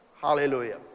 Hallelujah